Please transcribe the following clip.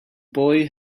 boy